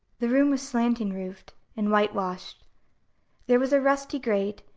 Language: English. the room was slanting-roofed and whitewashed there was a rusty grate,